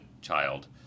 child